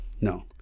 no